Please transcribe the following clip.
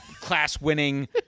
class-winning